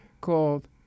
called